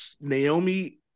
Naomi